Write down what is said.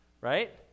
right